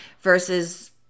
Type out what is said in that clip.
versus